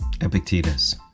Epictetus